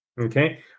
Okay